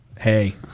hey